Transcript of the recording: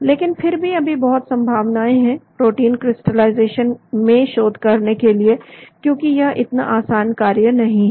लेकिन फिर भी अभी बहुत संभावनाएं हैं प्रोटीन क्रिस्टलाइजेशन में शोध करने के लिए क्योंकि यह इतना आसान कार्य नहीं है